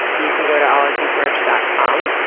you can go to ologiesmerch dot com.